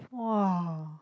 !wah!